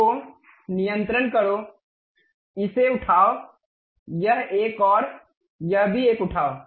तो नियंत्रण करो इसे उठाओ यह एक और यह भी एक उठाओ